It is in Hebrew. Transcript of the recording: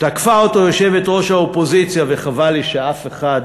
תקפה אותו יושבת-ראש האופוזיציה, וחבל לי שאף אחד